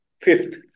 fifth